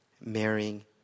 marrying